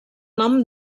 nom